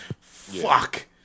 fuck